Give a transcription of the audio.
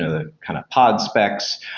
the kind of pod-specs.